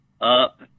up